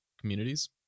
communities